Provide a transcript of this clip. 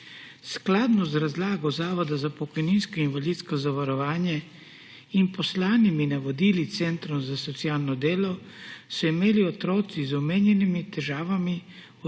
Skladno z razlago Zavoda za pokojninsko in invalidsko zavarovanje in poslanimi navodili centrom za socialno delo so imeli otroci z omenjenimi težavami oziroma